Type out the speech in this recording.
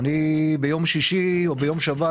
ביום שישי או ביום שבת,